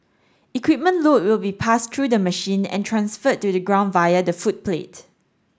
equipment load will be passed through the machine and transferred to the ground via the footplate